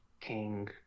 King